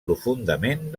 profundament